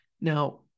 Now